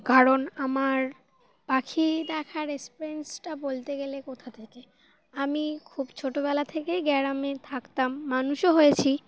কারণ আমার পাখি দেখার এক্সপিরিয়েন্সটা বলতে গেলে কোথা থেকে আমি খুব ছোটোবেলা থেকেই গ্রামে থাকতাম মানুষও হয়েছি